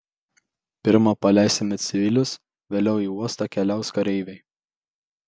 pirma paleisime civilius vėliau į uostą keliaus kareiviai